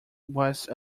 was